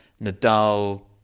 Nadal